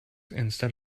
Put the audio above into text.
instead